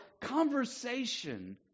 conversation